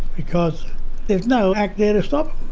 because there's no act there to stop